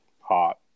hot